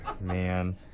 Man